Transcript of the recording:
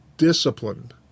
Disciplined